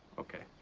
ok.